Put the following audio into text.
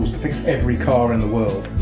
to fix every car in the world.